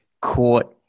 court